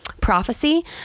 prophecy